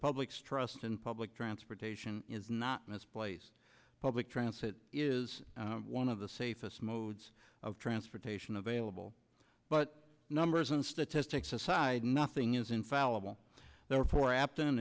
public's trust in public transportation is not misplaced public transit is one of the safest mode of transportation available but numbers and statistics aside nothing is infallible therefore apt